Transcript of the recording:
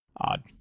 Odd